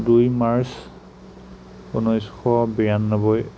দুই মাৰ্চ ঊনৈছশ বিয়ান্নব্বৈ